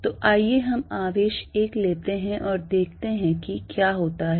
तो आइए हम आवेश 1 लेते हैं और देखें कि क्या होता है